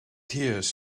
tears